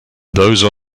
those